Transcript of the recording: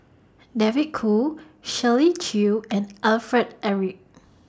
David Kwo Shirley Chew and Alfred Eric